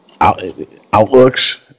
outlooks